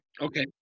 Okay